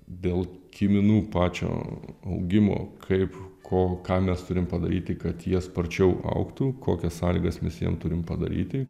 dėl kiminų pačio augimo kaip ko ką mes turim padaryti kad jie sparčiau augtų kokias sąlygas mes jiem turim padaryti